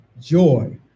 joy